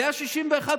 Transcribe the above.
זה ה-59:61.